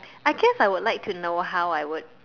I guess I would like to know how I would